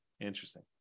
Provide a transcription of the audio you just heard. interesting